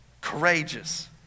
courageous